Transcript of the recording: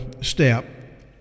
step